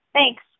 Thanks